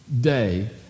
day